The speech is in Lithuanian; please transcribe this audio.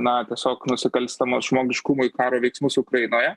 na tiesiog nusikalstamo žmogiškumui karo veiksmus ukrainoje